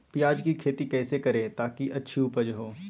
प्याज की खेती कैसे करें ताकि अच्छी उपज हो?